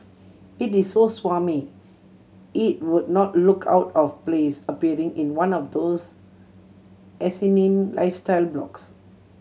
it is so smarmy it would not look out of place appearing in one of those asinine lifestyle blogs